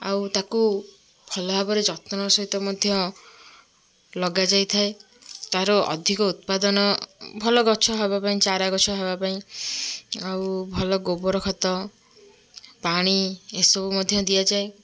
ଆଉ ତାକୁ ଭଲ ଭାବରେ ଯତ୍ନର ସହିତ ମଧ୍ୟ ଲଗାଯାଇଥାଏ ତାର ଅଧିକ ଉତ୍ପାଦନ ଭଲ ଗଛ ହେବା ପାଇଁ ଚାରା ଗଛ ହେବା ପାଇଁ ଆଉ ଭଲ ଗୋବର ଖତ ପାଣି ଏ ସବୁ ମଧ୍ୟ ଦିଆଯାଏ